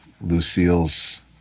Lucille's